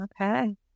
Okay